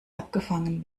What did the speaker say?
abgefangen